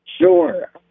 Sure